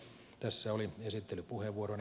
tässä oli esittelypuheenvuoroni